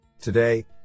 Today